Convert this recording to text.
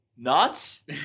nuts